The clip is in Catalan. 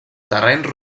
terrenys